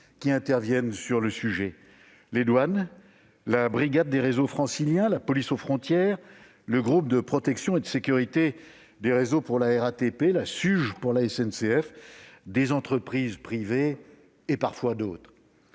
interviennent dans ce domaine, dont : les douanes, la brigade des réseaux franciliens, la police aux frontières, le groupe de protection et de sécurité des réseaux (GPSR) pour la RATP, la SUGE pour la SNCF, des entreprises privées, et parfois d'autres.